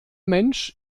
mensch